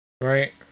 Right